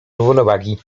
równowagi